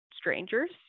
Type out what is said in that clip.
strangers